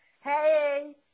Hey